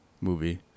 movie